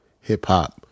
hip-hop